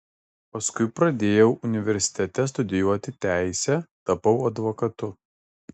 paskui pradėjau universitete studijuoti teisę tapau advokatu